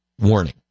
warning